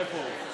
איפה הוא?